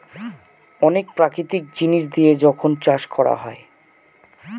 অনেক প্রাকৃতিক জিনিস দিয়ে যখন চাষ করা হয়